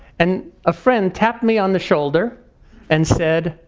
and a friend tapped me on the shoulder and said,